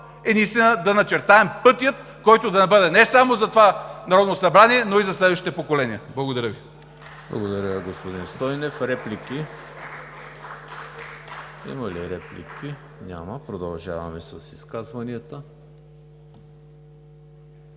наистина да начертаем пътя, който да бъде не само за това Народно събрание, но и за следващите поколения. Благодаря Ви.